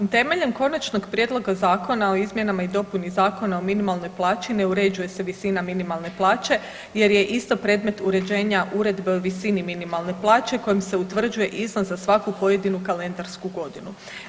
Temeljem Konačnog prijedloga zakona o izmjenama i dopuni Zakona o minimalnoj plaći ne uređuje se visina minimalne plaće jer je ista predmet uređenja Uredbe o visini minimalne plaće kojom se utvrđuje iznos za svaku pojedinu kalendarsku godinu.